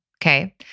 Okay